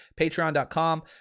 Patreon.com